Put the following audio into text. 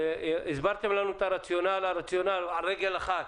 הסברתם לנו את הרציונל על רגל אחת.